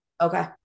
Okay